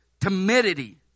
timidity